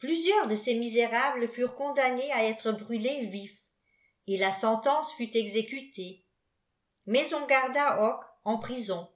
plusieurs de ces misérables furent condamnés à élre brûlés vifs et la sentence fut exécutée mais on garda hocque en pri son